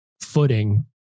footing